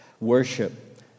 worship